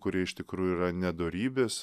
kurie iš tikrųjų yra nedorybės